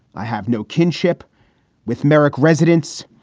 i have no kinship with meric residents,